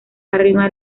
arrima